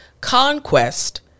conquest